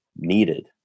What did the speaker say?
needed